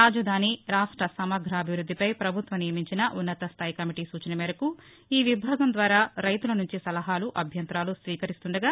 రాజధాని రాష్ట్ర సమగ్రాభివృద్దిపై పభుత్వం నియమించిన ఉన్నతస్తాయి కమిటీ నూచన మేరకు ఈ విభాగం ద్వారా రైతుల నుంచి సలహాలు అభ్యంతరాలు స్వీకరిస్తుండగా